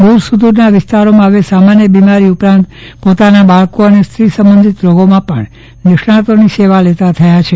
દુર સુદ્દરના વિસ્તારોમાં ફવે સામાન્ય બીમારીઓ ઉપરાંત પોતાના બાળકો અને સ્ત્રી સબંધિત રોગોમાં પણ નિષ્ણાંતોની સેવા લેતા થયા છે